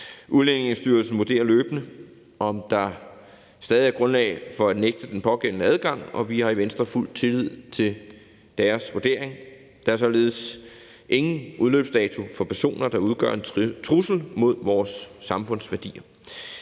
Udlændingestyrelsen vurderer løbende, om der stadig er grundlag for at nægte den pågældende adgang, og vi har i Venstre fuld tillid til deres vurdering. Der er således ingen udløbsdato for personer, der udgør en trussel mod vores samfundsværdier.